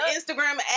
Instagram